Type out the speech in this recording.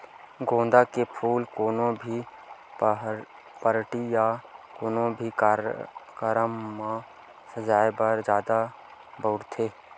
गोंदा के फूल ल कोनो भी पारटी या कोनो भी कार्यकरम म सजाय बर जादा बउरथे